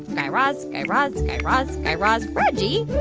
guy raz, guy raz, guy raz, guy raz, reggie?